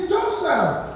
Joseph